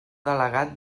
delegat